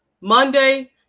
Monday